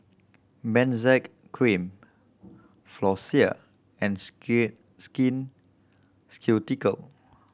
Benzac Cream Floxia and Skin Ceutical